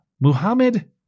muhammad